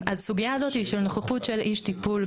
הסוגיה של נוכחות איש טיפול,